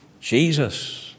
Jesus